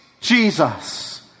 Jesus